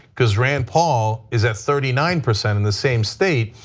because rand paul is at thirty nine percent in the same state,